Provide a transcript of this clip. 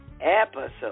Episode